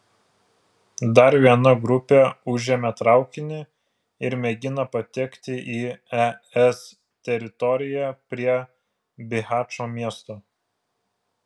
dar viena grupė užėmė traukinį ir mėgina patekti į es teritoriją prie bihačo miesto